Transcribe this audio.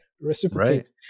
Reciprocate